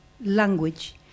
language